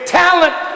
talent